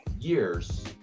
years